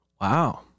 wow